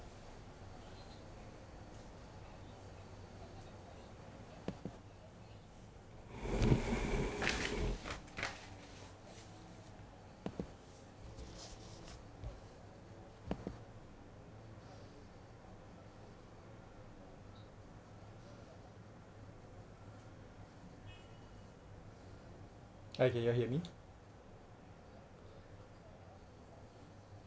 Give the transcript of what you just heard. hi can you hear me